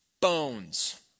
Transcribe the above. bones